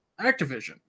Activision